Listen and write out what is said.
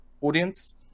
audience